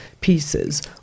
pieces